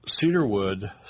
cedarwood